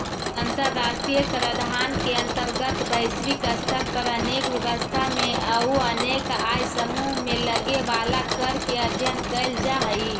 अंतर्राष्ट्रीय कराधान के अंतर्गत वैश्विक स्तर पर अनेक व्यवस्था में अउ अनेक आय समूह में लगे वाला कर के अध्ययन कैल जा हई